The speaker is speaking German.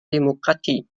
demokratie